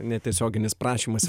netiesioginis prašymas